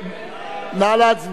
נא להצביע.